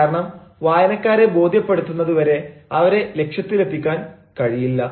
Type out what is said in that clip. കാരണം വായനക്കാരെ ബോധ്യപ്പെടുത്തുന്നത് വരെ അവരെ ലക്ഷ്യത്തിലെത്തിക്കാൻ കഴിയില്ല